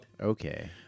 Okay